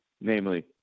namely